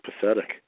pathetic